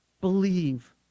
Believe